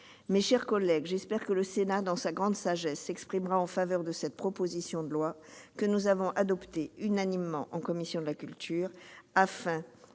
Mes chers collègues, j'espère que le Sénat, dans sa grande sagesse, se prononcera en faveur de cette proposition de loi, unanimement adoptée par la commission de la culture, afin